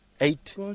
eight